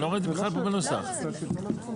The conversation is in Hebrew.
אין מצב.